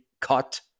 cut